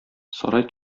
сарай